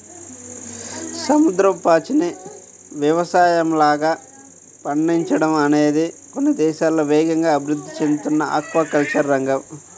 సముద్రపు పాచిని యవసాయంలాగా పండించడం అనేది కొన్ని దేశాల్లో వేగంగా అభివృద్ధి చెందుతున్న ఆక్వాకల్చర్ రంగం